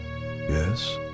Yes